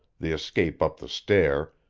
the escape up the stair,